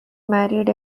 married